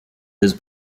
his